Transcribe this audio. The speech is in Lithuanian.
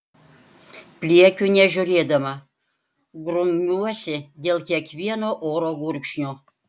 pliekiu nežiūrėdama grumiuosi dėl kiekvieno oro gurkšnio